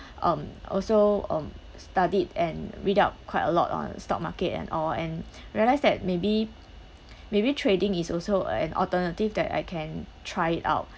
um also um studied and read up quite a lot on stock market and all and realise that maybe maybe trading is also an alternative that I can try it out